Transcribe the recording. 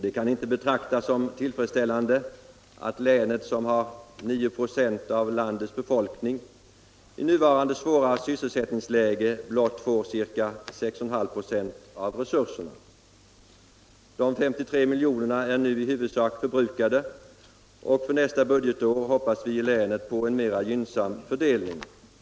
Det kan inte betraktas som tillfredsställande att det län som har 9 4 av landets befolkning i nuvarande svåra sysselsättningsläge blott får ca 6,5 26 av resurserna. De 53 miljonerna är nu i huvudsak förbrukade, och för nästa budgetår hoppas vi i länet på en mer gynnsam fördelning.